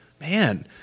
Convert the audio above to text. Man